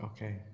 Okay